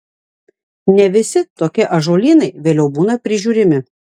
ne visi tokie ąžuolynai vėliau būna prižiūrimi